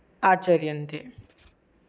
आचर्यन्ते